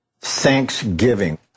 thanksgiving